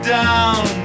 down